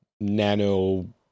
nano